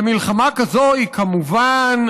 ומלחמה כזאת היא כמובן,